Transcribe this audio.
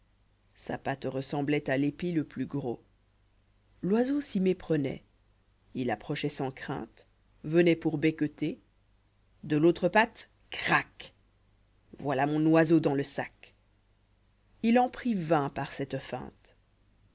sa patte ressembloit à l'épi le plus gros l oiseau s'y méprenoit il approchoit sans crainte venait pour becqueter de l'autre patte craci voilà mon oiseau dans le sac h en prit vingt par cette feinte